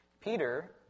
Peter